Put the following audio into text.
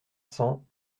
cents